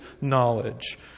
knowledge